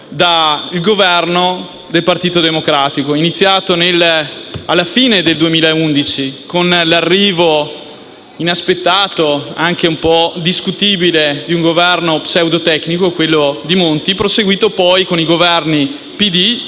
dal Governo del Partito Democratico, iniziato alla fine del 2011, con l'arrivo, inaspettato e anche un po' discutibile, di un Governo pseudotecnico, quello di Monti, proseguito poi con i Governi PD